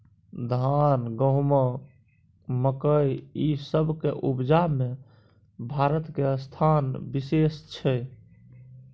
धान, गहूम, मकइ, ई सब के उपजा में भारत के स्थान विशेष छै